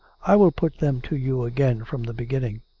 i will put them to you again from the beginning.